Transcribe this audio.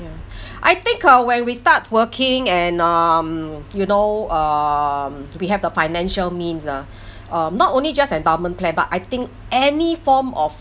ya I think uh when we start working and um you know um we have the financial means uh um not only just endowment plan but I think any form of